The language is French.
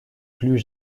plus